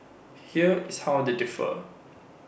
here is how they differ